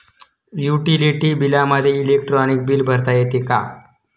Utility बिलामध्ये electronic bill भरता येते का?